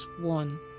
one